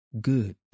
good